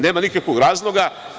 Nema nikakvog razloga.